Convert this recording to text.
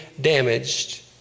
damaged